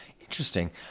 Interesting